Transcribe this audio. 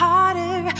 Harder